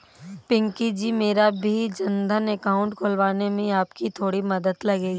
पिंकी जी मेरा भी जनधन अकाउंट खुलवाने में आपकी थोड़ी मदद लगेगी